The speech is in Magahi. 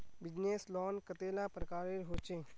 बिजनेस लोन कतेला प्रकारेर होचे?